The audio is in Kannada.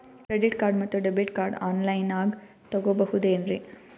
ಕ್ರೆಡಿಟ್ ಕಾರ್ಡ್ ಮತ್ತು ಡೆಬಿಟ್ ಕಾರ್ಡ್ ಆನ್ ಲೈನಾಗ್ ತಗೋಬಹುದೇನ್ರಿ?